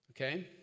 okay